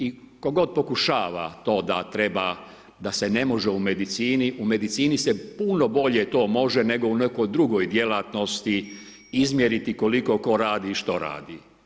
I tko god pokušava to da treba da se ne može u medicini, u medicini se puno bolje to može, nego u nekoj drugoj djelatnosti, izmjeriti koliko tko radi i što radi.